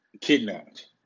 kidnapped